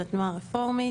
של התנועה הרפורמית.